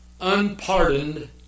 unpardoned